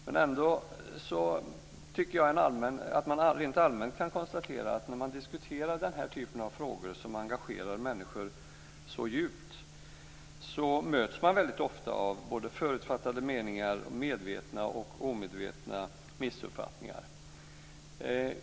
Men jag tycker att man rent allmänt kan konstatera att när man diskuterar den här typen av frågor som engagerar människor så djupt möts man väldigt ofta av både förutfattade meningar och medvetna och omedvetna missuppfattningar.